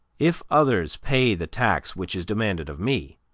if others pay the tax which is demanded of me,